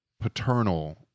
paternal